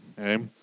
okay